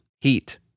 heat